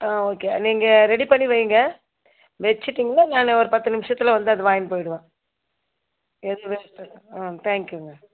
ஆ okay நீங்கள் ready பண்ணி வையுங்க வெச்சுட்டீங்கன்னா நான் ஒரு பத்து நிமிஷத்தில் வந்து அதை வாங்கிட்டு போய்டுவேன் ஆ தேங்க்யூங்க